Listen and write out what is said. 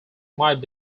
might